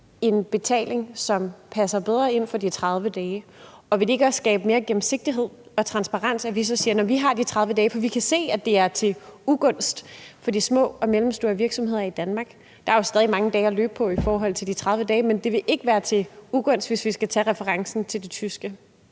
en betaling, som passer bedre med de 30 dage. Ville det ikke også skabe mere gennemsigtighed og transparens, når vi kan se, at det er til ugunst for de små og mellemstore virksomheder i Danmark? Der er jo stadig mange dage at løbe på i forhold til de 30 dage, men det ville ikke være til ugunst, hvis vi tager referencen til det tyske.